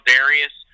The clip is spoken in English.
Darius